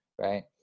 right